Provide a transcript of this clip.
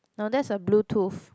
no that's a bluetooth